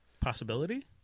possibility